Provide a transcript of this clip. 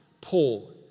Paul